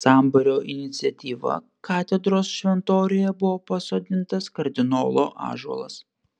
sambūrio iniciatyva katedros šventoriuje buvo pasodintas kardinolo ąžuolas